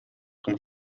como